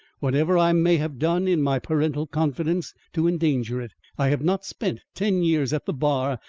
whatever i may have done in my parental confidence to endanger it. i have not spent ten years at the bar,